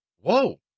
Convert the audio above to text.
Whoa